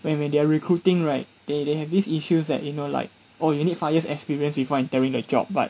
when where they're recruiting right they they have these issues that you know like oh you need five years experience before entering the job but